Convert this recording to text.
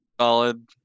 solid